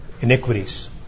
iniquities